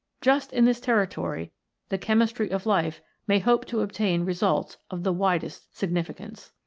just in this territory the chemistry of life may hope to obtain results of the widest significance.